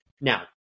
Now